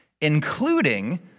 Including